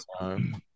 time